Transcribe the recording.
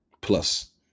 plus